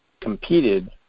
competed